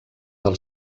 del